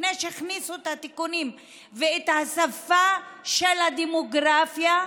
לפני שהכניסו את התיקונים ואת השפה של הדמוגרפיה,